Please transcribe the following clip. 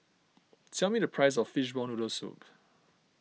tell me the price of Fishball Noodle Soup